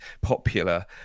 popular